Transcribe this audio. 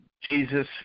Jesus